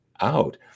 out